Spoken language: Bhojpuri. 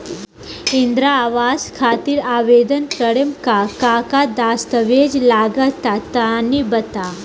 इंद्रा आवास खातिर आवेदन करेम का का दास्तावेज लगा तऽ तनि बता?